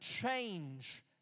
change